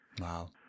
Wow